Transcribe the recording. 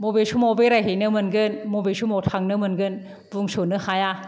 बबे समाव बेरायहैनो मोनगोन मबे समाव थांनो मोनगोन बुंस'नो हाया